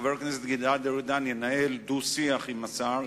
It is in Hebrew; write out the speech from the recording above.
חבר הכנסת גלעד ארדן ינהל דו-שיח עם השר.